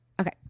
Okay